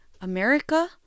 America